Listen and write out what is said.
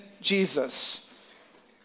Jesus